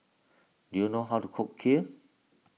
do you know how to cook Kheer